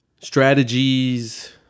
strategies